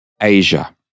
Asia